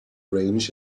range